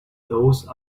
those